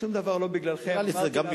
שום דבר לא בגללכם, רק בגלל,